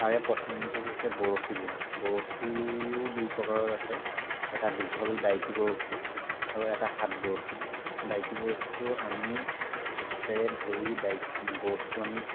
তাৰে প্ৰথমটো হৈছে বৰশী বোৱা বৰশীও দুই প্ৰকাৰৰ আছে এটা দীঘল দাইকি বৰশী আৰু এটা হাত বৰশী দাইকি বৰশীটো আমি হাতেৰে ধৰি দাইক বৰশীটো আমি